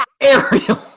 Ariel